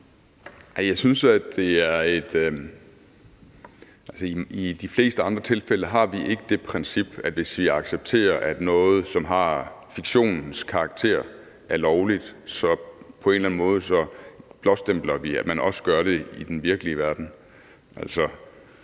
Ole Birk Olesen (LA): I de fleste andre tilfælde har vi ikke det princip, at hvis vi accepterer, at noget, som har fiktionens karakter, er lovligt, så blåstempler vi på en eller anden måde, at man også gør det i den virkelige verden. Alle